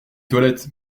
toilette